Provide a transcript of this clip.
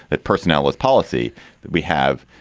that personnel is policy that we have.